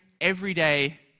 everyday